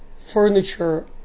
furniture